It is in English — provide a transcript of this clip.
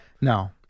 No